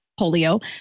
polio